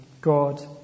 God